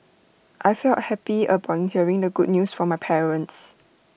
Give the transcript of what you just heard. I felt happy upon hearing the good news from my parents